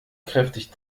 kräftig